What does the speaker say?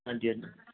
ਹਾਂਜੀ ਹਾਂਜੀ